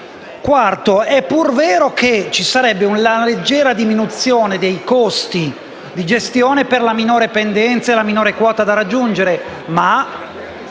che è pur vero che ci sarebbe una leggera diminuzione dei costi di gestione per la minore pendenza e la minore quota da raggiungere, ma